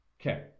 okay